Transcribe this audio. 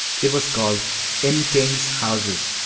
it was called in kings' houses,